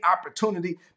opportunity